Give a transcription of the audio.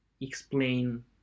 explain